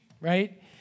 right